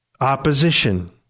opposition